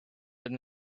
been